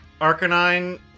Arcanine